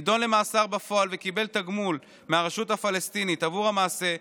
נידון למאסר בפועל וקיבל תגמול מהרשות הפלסטינית עבור המעשה,